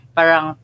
Parang